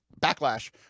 backlash